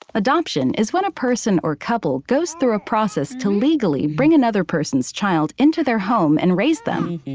adoption is when a person or couple goes through a process to legally bring another person's child into their home, and raise them.